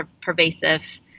pervasive